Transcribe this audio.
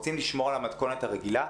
רוצים לשמור על המתכונת הרגילה.